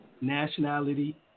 nationality